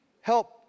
help